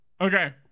okay